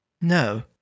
No